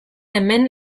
hemen